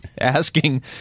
asking